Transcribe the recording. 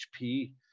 HP